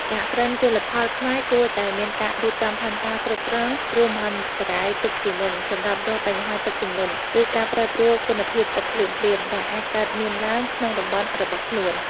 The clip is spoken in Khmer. សហគ្រិនជលផលខ្មែរគួរតែមានការរៀបចំផែនការគ្រប់គ្រងគ្រោះមហន្តរាយទុកជាមុន សម្រាប់រាល់បញ្ហាទឹកជំនន់ ឬការប្រែប្រួលគុណភាពទឹកភ្លាមៗដែលអាចកើតមានឡើងក្នុងតំបន់របស់ខ្លួន។